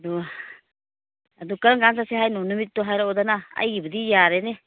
ꯑꯗꯨ ꯑꯗꯨ ꯀꯔꯝ ꯀꯥꯟ ꯆꯠꯁꯤ ꯍꯥꯏꯅꯣ ꯅꯨꯃꯤꯠꯇꯨ ꯍꯥꯏꯔꯛꯎꯗꯅ ꯑꯩꯒꯤꯕꯨꯗꯤ ꯌꯥꯔꯦꯅꯦ